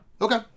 Okay